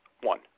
One